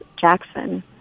Jackson